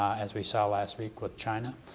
as we saw last week, with china,